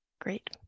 Great